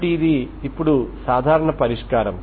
కాబట్టి ఇది ఇప్పుడు సాధారణ పరిష్కారం